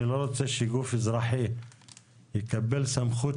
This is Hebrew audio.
אני לא רוצה שגוף אזרחי יקבל סמכות